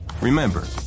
Remember